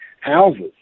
houses